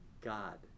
God